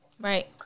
Right